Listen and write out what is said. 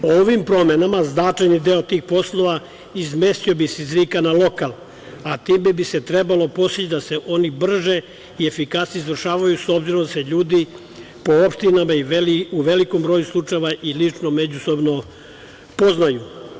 Ovim promenama značajni deo tih poslova izmestio bi se iz RIK-a na lokal, a time bi se trebalo postići da se oni brže i efikasnije izvršavaju, s obzirom da se ljudi po opštinama u velikom broju slučajeva i lično međusobno poznaju.